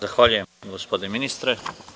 Zahvaljujem, gospodine ministre.